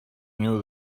knew